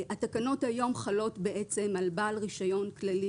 התקנות היום חלות על בעל רישיון כללי